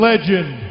Legend